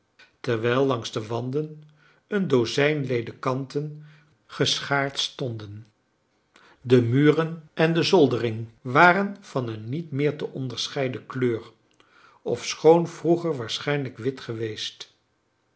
terwijl langs de wanden een dozijn ledekanten geschaard stonden de muren en de zoldering waren van een niet meer te onderscheiden kleur ofschoon vroeger waarschijnlijk wit geweest